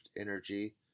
energy